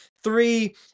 three